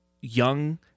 young